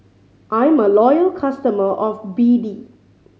I'm a loyal customer of B D